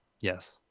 Yes